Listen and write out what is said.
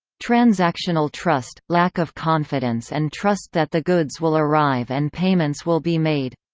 transactional trust lack of confidence and trust that the goods will arrive and payments will be made